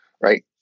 right